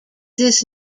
this